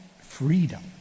freedom